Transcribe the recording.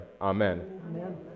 amen